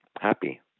happy